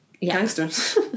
gangsters